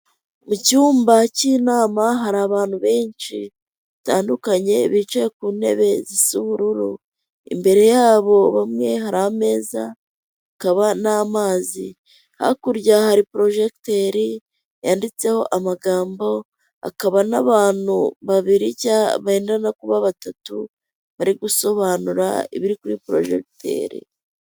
Mu cyumba cy'inama hari abantu benshi batandukanye bicaye ku ntebe z'ubururu, imbere yabo bamwe hari ameza hakaba n'amazi. Hakurya hari porojegiteri yanditseho amagambo hakaba n'abantu babiri benda no kuba batatu bari gusobanura ibiri kuri porojegiteri.